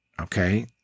Okay